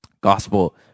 Gospel